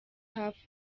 hafi